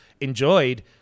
enjoyed